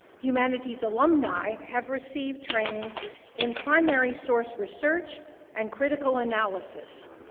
humanities alumni have received training in primary source research and critical analysis.